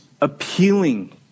appealing